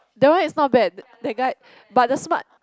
that one is not bad that guy but the smart